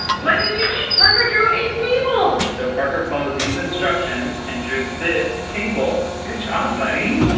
what did you make? parker drew a table. so parker followed these instructions and drew this table, good job, buddy.